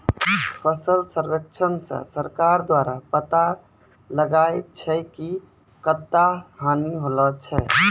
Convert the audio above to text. फसल सर्वेक्षण से सरकार द्वारा पाता लगाय छै कि कत्ता हानि होलो छै